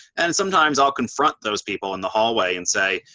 and sometimes i'll confront those people in the hallway and say,